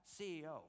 CEO